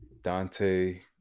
Dante